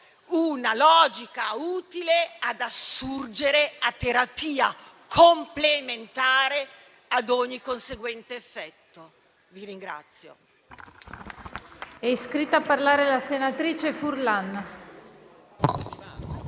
una logica utile ad assurgere a terapia complementare ad ogni conseguente effetto.